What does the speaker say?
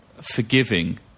forgiving